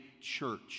church